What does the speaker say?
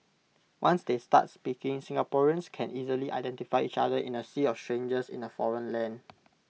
once they start speaking Singaporeans can easily identify each other in A sea of strangers in A foreign land